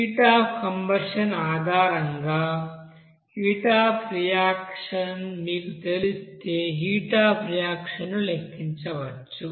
heat of combustion ఆధారంగా heat of reaction మీకు తెలిస్తే హీట్ అఫ్ రియాక్షన్ ను లెక్కించవచ్చు